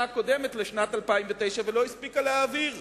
הקודמת לשנת 2009 ולא הספיקה להעביר.